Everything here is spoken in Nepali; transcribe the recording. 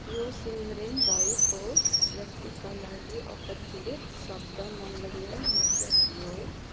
यो सिन्ड्रोम भएको व्यक्तिका लागि अप्रचलित शब्द मङ्गोलियन मुख्य थियो